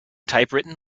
typewritten